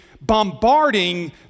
bombarding